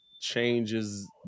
changes